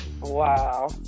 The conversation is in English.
Wow